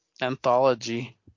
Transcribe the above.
anthology